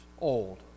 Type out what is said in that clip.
old